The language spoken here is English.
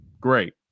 great